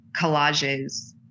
collages